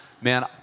Man